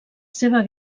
seva